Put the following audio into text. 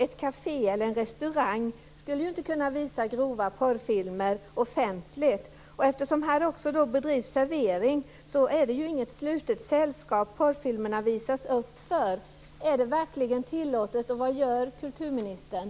Ett kafé eller en restaurang skulle ju inte kunna visa grova porrfilmer offentligt. Eftersom det på porrklubbarna också bedrivs servering, är det ju inget slutet sällskap som porrfilmerna visas för. Är detta verkligen tillåtet, och vad gör kulturministern?